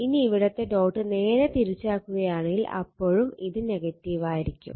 ഇനി ഇവിടത്തെ ഡോട്ട് നേരെ തിരിച്ചാക്കുകയാണെങ്കിൽ അപ്പോഴും ഇത് ആയിരിക്കും